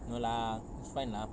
no lah it's fine lah